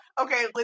okay